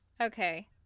Okay